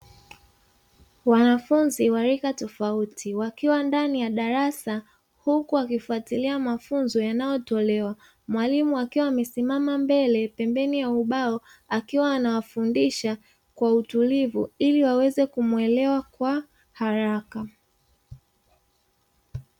Wanafunzi wa rika tofauti wakiwa ndani ya darasa huku wakifuatilia mafunzo yanayotolewa, mwalimu akiwa amesimama mbele pembeni ya ubao akiwa anawafundisha kwa utulivu ili waweze kuelewa kwa haraka.